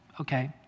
okay